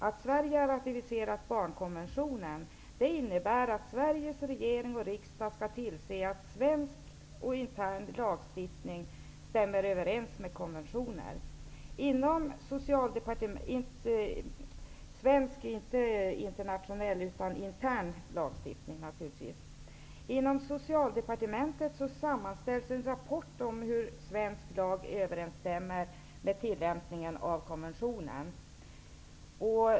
Att Sverige har ratificerat barnkonventionen innebär att Sveriges regering och riksdag skall tillse att svensk intern lagstiftning stämmer överens med konventionen. Inom Socialdepartementet sammanställs en rapport om hur svensk lag överensstämmer med tillämpningen av konventionen.